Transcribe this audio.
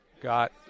Got